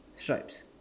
stripes